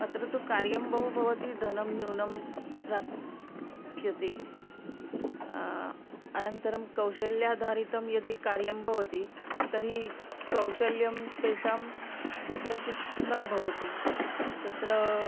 अत्र तु कार्यं बहु भवति धनं न्यूनं प्राप्यते अनन्तरं कौशल्याधारितं यदि कार्यं भवति तर्हि कौशल्यं तेषां कुत्रचित् न भवति तत्र